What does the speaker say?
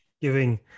giving